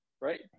right